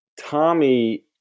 Tommy